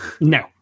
No